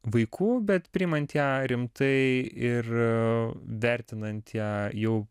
vaikų bet priimant ją rimtai ir vertinant ją jau